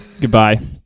Goodbye